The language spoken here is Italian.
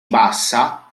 bassa